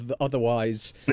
Otherwise